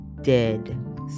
dead